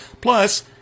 Plus